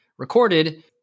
Recorded